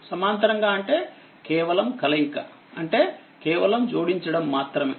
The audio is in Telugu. సమాంతరంగా అంటే కేవలం కలయిక అంటే కేవలం జోడించడం మాత్రమే